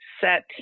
set